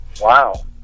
Wow